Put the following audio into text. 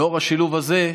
לאור השילוב הזה,